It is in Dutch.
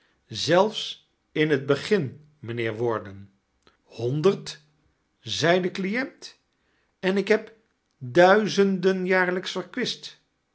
zelifis in het begin mijnheeir warden hondeird zei de client en ik lefo duizenden jaarl'ijks verkwist